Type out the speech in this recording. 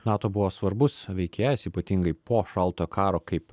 nato buvo svarbus veikėjas ypatingai po šaltojo karo kaip